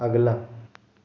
अगला